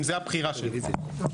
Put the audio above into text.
אם זו הבחירה שלו.